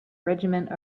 regiment